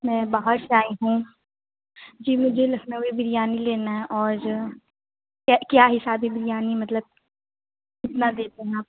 میں باہر سے آئی ہوں جی مجھے لکھنوی بریانی لینا ہے اور کیا حساب ہے بریانی مطلب کتنا دیتے ہیں آپ